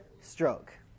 stroke